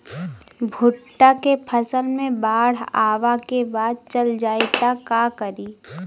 भुट्टा के फसल मे बाढ़ आवा के बाद चल जाई त का करी?